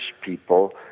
people